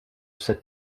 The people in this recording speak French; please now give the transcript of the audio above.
cette